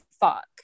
fuck